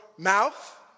Mouth